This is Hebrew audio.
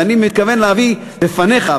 ואני מתכוון להביא בפניך,